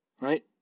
Right